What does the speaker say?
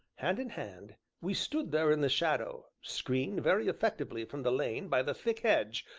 hand in hand, we stood there in the shadow, screened very effectively from the lane by the thick hedge,